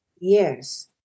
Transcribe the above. Yes